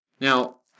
Now